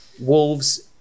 Wolves